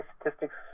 statistics